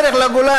בדרך לגולן,